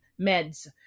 meds